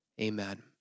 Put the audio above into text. Amen